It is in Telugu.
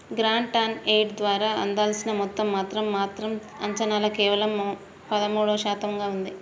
గ్రాంట్ ఆన్ ఎయిడ్ ద్వారా అందాల్సిన మొత్తం మాత్రం మాత్రం అంచనాల్లో కేవలం పదమూడు శాతంగా ఉంది